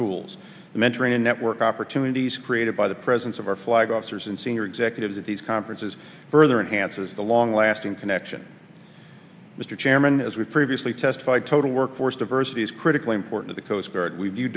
tools mentoring and network opportunities created by the presence of our flag officers and senior executives at these conferences further enhances the long lasting connection mr chairman as we previously testified total workforce diversity is critically important t